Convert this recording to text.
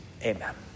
Amen